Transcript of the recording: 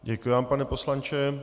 Děkuji vám, pane poslanče.